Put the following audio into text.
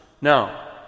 Now